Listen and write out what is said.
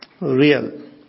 Real